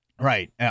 right